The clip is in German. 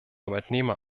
arbeitnehmer